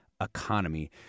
economy